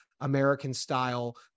American-style